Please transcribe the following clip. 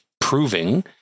proving